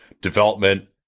development –